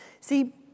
See